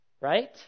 Right